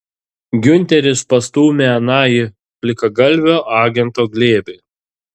giunteris pastūmė aną į plikagalvio agento glėbį